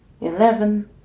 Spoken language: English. eleven